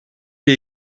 est